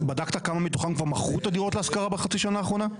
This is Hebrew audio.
בדקת כמה מתוכם כבר מכרו את הדירות להשכרה בחצי השנה האחרונה?